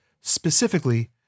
specifically